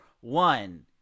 one